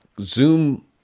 Zoom